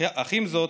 אך עם זאת,